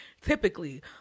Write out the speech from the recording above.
typically